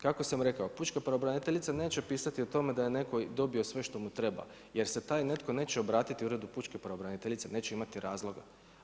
Kako sam rekao Pučka pravobraniteljica neće pisati o tome da je netko dobio sve što mu treba jer se taj netko neće obratiti Uredu pučke pravobraniteljice, neće imati razloga.